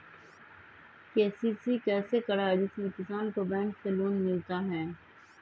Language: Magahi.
के.सी.सी कैसे कराये जिसमे किसान को बैंक से लोन मिलता है?